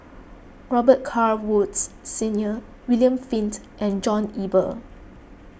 Robet Carr Woods Senior William Flint and John Eber